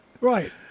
Right